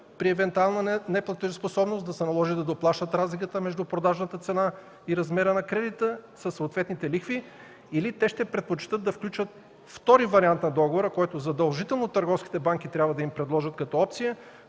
при евентуална неплатежоспособност и да се наложи да плащат разликата между продажната цена и размера на кредита със съответните лихви, или те ще предпочетат да сключат втори вариант на договора, който задължително търговските банки трябва да им предложат като опция